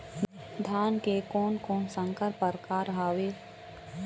धान के कोन कोन संकर परकार हावे?